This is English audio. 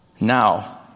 Now